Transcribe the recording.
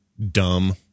Dumb